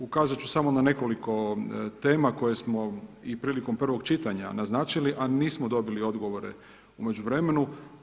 Ukazati ću samo na nekoliko tema koje smo i prilikom prvog čitanja naznačili a nismo dobili odgovore u međuvremenu.